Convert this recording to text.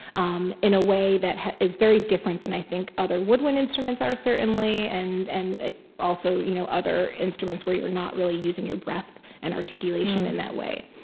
um in a way that is very different than, i think, other woodwind instruments are, certainly, and and also, you know other instruments where you're not really using your breath and articulation in that way.